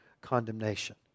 condemnation